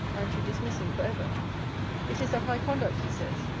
and to dismiss him for ever it is a high conduct, he says,